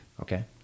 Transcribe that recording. okay